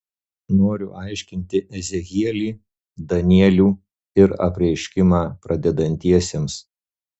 noriu aiškinti ezechielį danielių ir apreiškimą pradedantiesiems